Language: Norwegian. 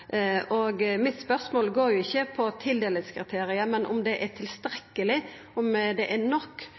Mitt spørsmål går ikkje på tildelingskriteriet, men om det er nok å ha det